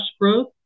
growth